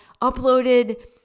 uploaded